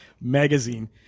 magazine